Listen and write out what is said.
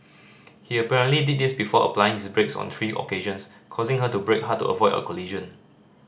he apparently did this before applying his brakes on three occasions causing her to brake hard to avoid a collision